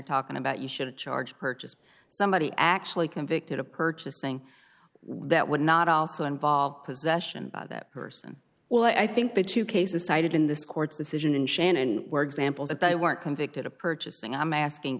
talking about you should have charged purchases somebody actually convicted of purchasing that would not also involve possession of that person well i think the two cases cited in this court's decision in shannon were examples if they weren't convicted of purchasing i'm asking